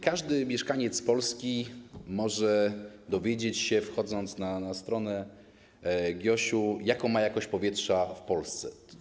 Każdy mieszkaniec Polski może dowiedzieć się, wchodząc na stronę GIOŚ, jaka jest jakość powietrza w Polsce.